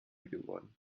geworden